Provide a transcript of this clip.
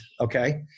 Okay